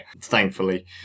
thankfully